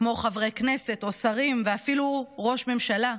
כמו חברי כנסת או שרים ואפילו ראש ממשלה.